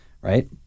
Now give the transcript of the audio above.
right